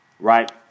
right